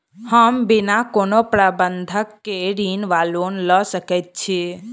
हम बिना कोनो बंधक केँ ऋण वा लोन लऽ सकै छी?